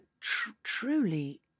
truly